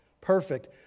perfect